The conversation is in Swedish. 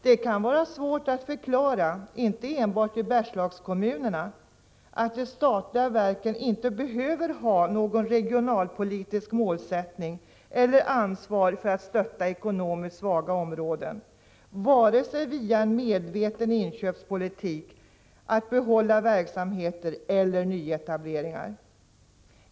Det kan vara svårt att förklara, inte enbart i Bergslagskommunerna, att de statliga verken inte behöver ha någon regionalpolitisk målsättning eller något ansvar för att stötta ekonomiskt svaga områden, vare sig via en medveten inköpspolitik för att behålla verksamheter eller via nyetableringar.